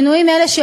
שינויים אלו,